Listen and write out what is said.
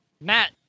Matt